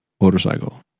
motorcycle